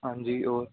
ਹਾਂਜੀ ਔਰ